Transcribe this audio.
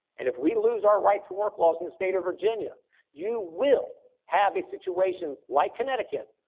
and if we lose our right to work laws in the state of virginia you will have a situation like connecticut,